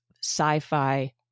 sci-fi